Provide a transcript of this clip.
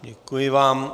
Děkuji vám.